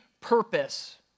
purpose